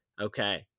Okay